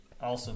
Awesome